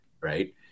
Right